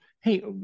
hey